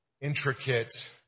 intricate